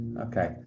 Okay